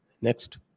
Next